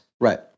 Right